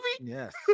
yes